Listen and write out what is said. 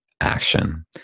action